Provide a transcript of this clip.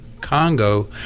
Congo